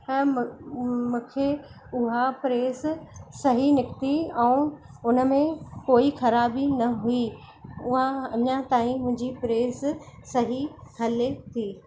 म मूंखे उहा प्रेस सही निकिती ऐं हुनमें कोई ख़राबी न हुई उहा अञा ताईं मुंहिंजी प्रेस सही हले थी